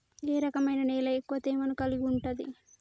ఏ రకమైన నేల ఎక్కువ తేమను కలిగుంటది?